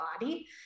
body